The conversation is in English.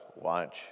Watch